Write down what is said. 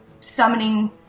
summoning